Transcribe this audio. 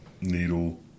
needle